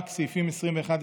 רק סעיפים 21,